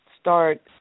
start